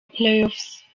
playoffs